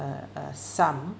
a a sum